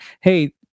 Hey